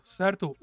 certo